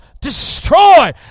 destroy